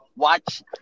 Watch